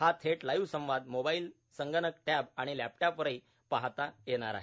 हा थेट लाईव्ह संवाद मोबाईल संगणक टॅब आणि लॅपटॉपवरही पाहता येणार आहे